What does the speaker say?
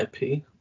IP